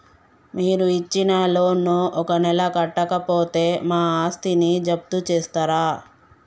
మీరు ఇచ్చిన లోన్ ను ఒక నెల కట్టకపోతే మా ఆస్తిని జప్తు చేస్తరా?